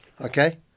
okay